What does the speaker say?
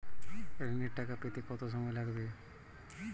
ঋণের টাকা পেতে কত সময় লাগবে?